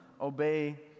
obey